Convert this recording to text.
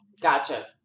Gotcha